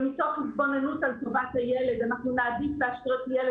ומתוך התבוננות על טובת הילד אנחנו נעדיף להשאיר ילד